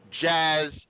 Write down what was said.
jazz